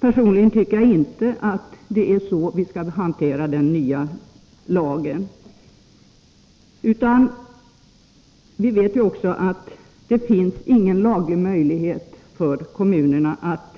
Personligen tycker jaginte att det är så vi skall hantera den nya lagen. Vi vet ju att det inte finns någon laglig möjlighet för kommunerna att